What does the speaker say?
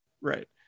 Right